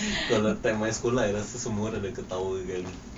kalau time my sekolah I rasa semua orang dah ketawakan